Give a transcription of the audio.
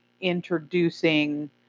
introducing